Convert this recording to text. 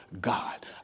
God